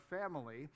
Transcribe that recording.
family